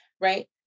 right